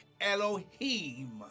Elohim